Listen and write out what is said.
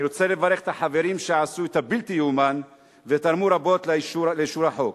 אני רוצה לברך את החברים שעשו את הבלתי יאומן ותרמו רבות לאישור החוק.